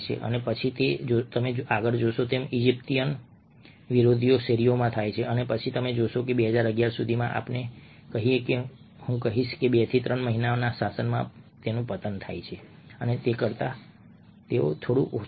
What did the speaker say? અને પછી તમે જોશો કે ઇજિપ્તીયન વિરોધ શેરીઓમાં થાય છે અને પછી તમે જોશો કે 2011 સુધીમાં આપણે કહીએ કે હું કહીશ કે 2 થી 3 મહિનામાં શાસન પતન માટે આવે છે તેના કરતા થોડું ઓછું છે